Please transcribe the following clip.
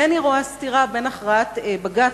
אינני רואה סתירה בין הכרעת בג"ץ,